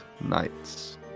knights